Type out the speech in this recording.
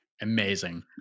Amazing